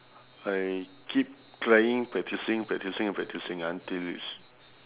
I keep trying practising practising and practising until it's